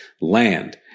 land